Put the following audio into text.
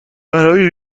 برای